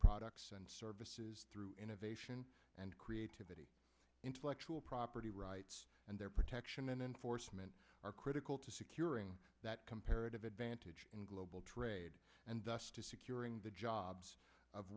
products and services through innovation and creativity intellectual property rights and their protection and enforcement are critical to securing that comparative advantage in global trade and thus to securing the jobs of